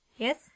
Yes